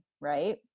right